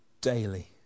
Daily